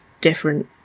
different